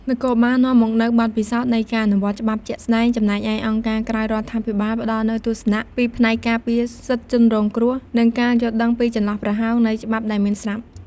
នគរបាលនាំមកនូវបទពិសោធន៍នៃការអនុវត្តច្បាប់ជាក់ស្ដែង ចំណែកឯអង្គការក្រៅរដ្ឋាភិបាលផ្ដល់នូវទស្សនៈពីផ្នែកការពារសិទ្ធិជនរងគ្រោះ និងការយល់ដឹងពីចន្លោះប្រហោងនៃច្បាប់ដែលមានស្រាប់។